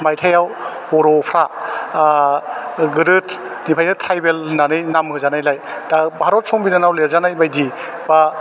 मायथाइयाव बर'फ्रा गोदोनिफ्रायनो ट्राइबेल होन्नानै नाम होजानायलाय दा भारत संबिधानाव लिरजानाय बायदि बा